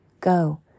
go